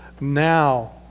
now